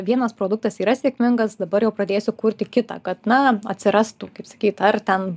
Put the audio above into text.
vienas produktas yra sėkmingas dabar jau pradėsiu kurti kitą kad na atsirastų kaip sakyt ar ten